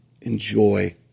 enjoy